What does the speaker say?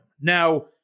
Now